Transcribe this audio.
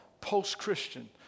post-Christian